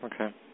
okay